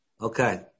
Okay